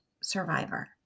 survivor